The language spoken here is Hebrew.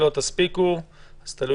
תקנה